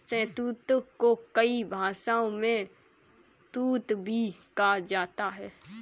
शहतूत को कई भाषाओं में तूत भी कहा जाता है